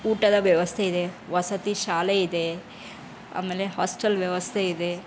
ಊಟದ ವ್ಯವಸ್ಥೆ ಇದೆ ವಸತಿ ಶಾಲೆ ಇದೆ ಆಮೇಲೆ ಹಾಸ್ಟೆಲ್ ವ್ಯವಸ್ಥೆ ಇದೆ